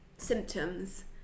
symptoms